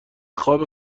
خواب